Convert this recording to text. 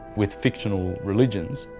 with fictional religions,